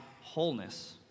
wholeness